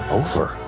over